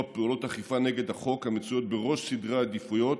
פעולות אכיפה של החוק המצויות בראש סדרי העדיפויות,